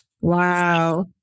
Wow